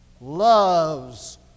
loves